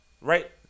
right